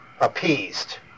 Appeased